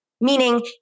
Meaning